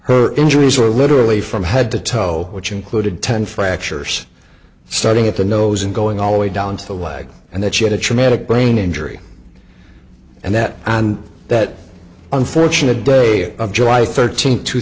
her injuries were literally from head to toe which included ten fractures starting at the nose and going all the way down to the leg and then she had a traumatic brain injury and that and that unfortunate day of july thirteenth two